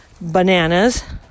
bananas